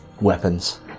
weapons